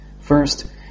First